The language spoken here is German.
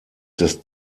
des